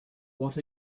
what